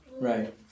Right